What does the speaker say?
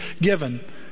given